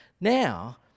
now